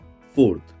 Fourth